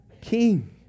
King